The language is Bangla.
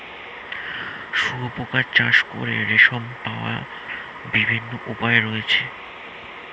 শুঁয়োপোকা চাষ করে রেশম পাওয়ার বিভিন্ন উপায় রয়েছে